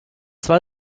zwei